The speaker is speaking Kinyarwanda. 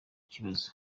kibazo